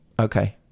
Okay